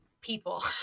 people